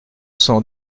cent